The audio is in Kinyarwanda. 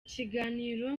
kiganiro